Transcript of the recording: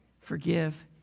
forgive